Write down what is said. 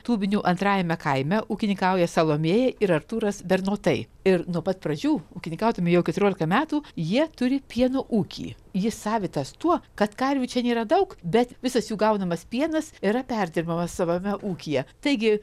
tūbinių antrajame kaime ūkininkauja salomėja ir artūras bernotai ir nuo pat pradžių ūkininkaudami jau keturiolika metų jie turi pieno ūkį jis savitas tuo kad karvių čia nėra daug bet visas jų gaunamas pienas yra perdirbamas savame ūkyje taigi